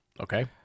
Okay